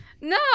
No